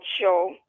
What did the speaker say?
show